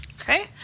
Okay